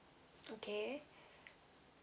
okay